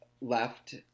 left